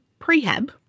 prehab